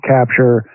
Capture